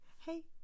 hey